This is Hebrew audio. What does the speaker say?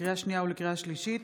לקריאה השנייה ולקריאה השלישית,